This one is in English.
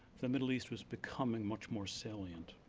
the middle east was becoming much more salient.